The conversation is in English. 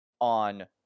on